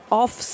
off